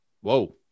Whoa